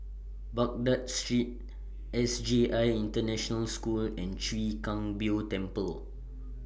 Baghdad Street S J I International School and Chwee Kang Beo Temple